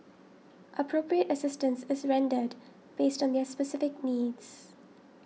appropriate assistance is rendered based on their specific needs